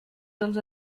dels